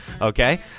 Okay